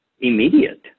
immediate